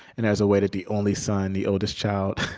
and there's a way that the only son, the oldest child,